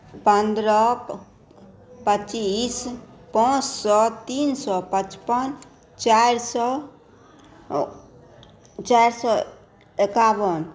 पन्द्रह पच्चीस पाँच सए तीन सए पचपन चारि सए चारि सए एकाबन